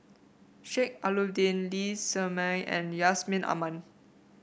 Sheik Alau'ddin Lee Shermay and Yusman Aman